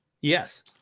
Yes